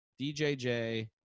DJJ